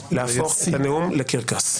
אתן להפוך את הנאום לקרקס.